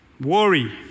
Worry